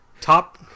Top